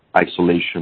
isolation